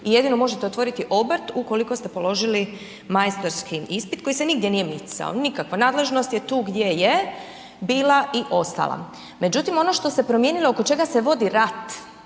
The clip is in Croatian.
jedino možete otvoriti obrt ukoliko ste položili majstorski ispit koji se nigdje nije misao, nikako, nadležnost je tu gdje je, bila i ostala. Međutim, ono što se promijenilo, oko čega se vodi rat,